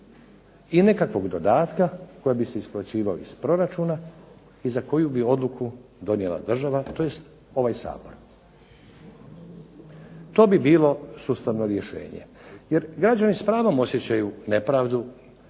i nekakvog dodatka koji bi se isplaćivao iz proračuna i za koju bi odluku donijela država tj. ovaj Sabor. To bi bio sustavno rješenje. Jer građani s pravom osjećaju nepravdu